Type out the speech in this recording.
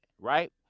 right